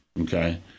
Okay